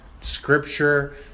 scripture